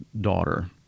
daughter